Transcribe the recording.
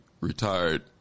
retired